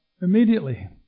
immediately